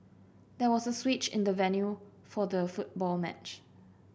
there was a switch in the venue for the football match